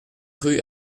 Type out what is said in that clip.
rue